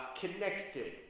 connected